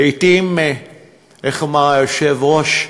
לעתים, איך אמר היושב-ראש: